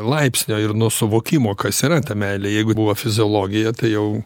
laipsnio ir nuo suvokimo kas yra ta meilė jeigu fiziologija tai jau